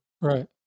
Right